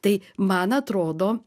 tai man atrodo